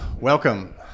Welcome